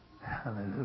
Hallelujah